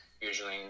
usually